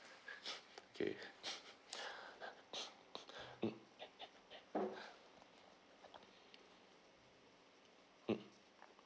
okay mm mm